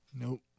Nope